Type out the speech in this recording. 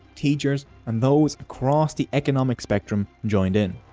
teachers, and those across the economic spectrum joined in.